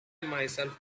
myself